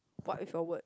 what if your word